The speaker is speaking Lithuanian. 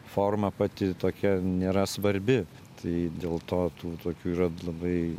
forma pati tokia nėra svarbi tai dėl to tų tokių yra labai